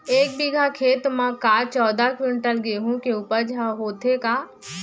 एक बीघा खेत म का चौदह क्विंटल गेहूँ के उपज ह होथे का?